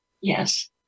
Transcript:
Yes